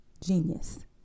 genius